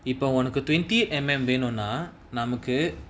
இப்ப ஒனக்கு:ippa onaku twenty M_M வேணுனா நமக்கு:venunaa namaku